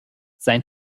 sein